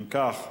אם כך,